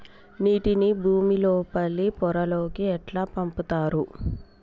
నీటిని భుమి లోపలి పొరలలోకి ఎట్లా పంపుతరు?